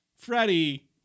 Freddie